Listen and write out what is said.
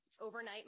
overnight